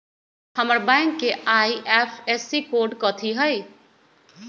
हमर बैंक के IFSC code कथि हई?